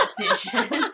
decisions